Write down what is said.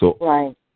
Right